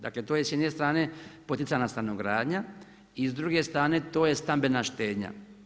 Dakle, to je s jedne strane poticana stanogradnja i s druge strane to je stambena štednja.